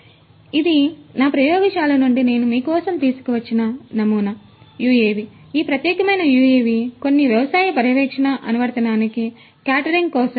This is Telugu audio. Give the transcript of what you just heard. కాబట్టి ఇది నా ప్రయోగశాల నుండి నేను మీ కోసం తీసుకువచ్చిన నమూనా UAV ఈ ప్రత్యేకమైన UAV కొన్ని వ్యవసాయ పర్యవేక్షణ అనువర్తనానికి క్యాటరింగ్ కోసం